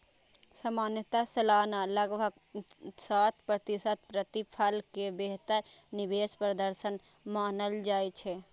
सामान्यतः सालाना लगभग सात प्रतिशत प्रतिफल कें बेहतर निवेश प्रदर्शन मानल जाइ छै